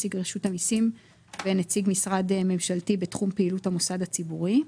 נציג רשות המסים ונציג משרד ממשלתי בתחום פעילות המוסד הציבורי.